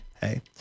hey